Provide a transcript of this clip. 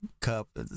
cup